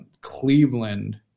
Cleveland